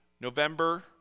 November